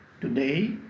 Today